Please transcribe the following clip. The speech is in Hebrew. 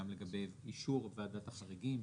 גם לגבי אישור ועדת החריגים,